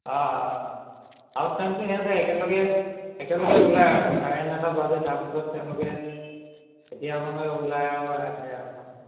আ আউট টাইমটো সিহঁতে একেলগে একেলগে ওলাই আৰু চাৰে নটা বাজি তাৰপিছত তেওঁলোকে তেতিয়া মানে ওলাই আৰু আহে আৰু মানুহখিনি